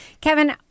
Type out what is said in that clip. Kevin